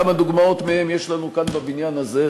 כמה דוגמאות מהם יש לנו כאן בבניין הזה,